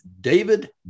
David